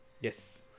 Yes